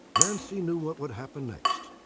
nancy knew what would happen next.